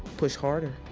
push harder.